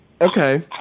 Okay